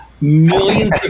millions